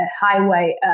highway